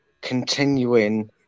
continuing